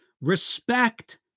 Respect